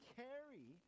carry